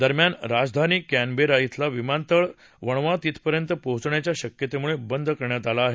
दरम्यान राजधानी क्त्रिवरा इथला विमानतळ वणवा तिथपर्यंत पोहोचण्याच्या शक्यतेमुळे बंद करण्यात आला आहे